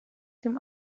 dem